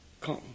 come